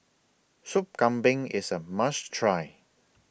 Sup Kambing IS A must Try